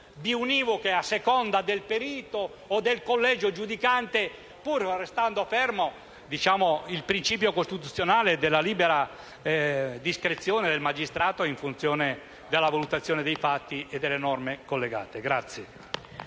biunivoche a seconda del perito o del collegio giudicante, pur restando fermo il principio costituzionale della libera discrezione del magistrato in funzione della valutazione dei fatti e delle norme collegate.